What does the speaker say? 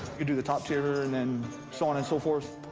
you could do the top tier and and so on and so forth.